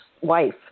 wife